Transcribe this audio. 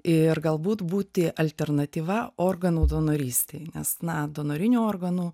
ir galbūt būti alternatyva organų donorystei nes na donorinių organų